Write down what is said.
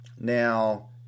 Now